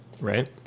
right